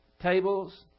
tables